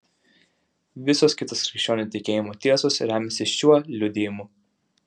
visos kitos krikščionių tikėjimo tiesos remiasi šiuo liudijimu